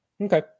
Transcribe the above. Okay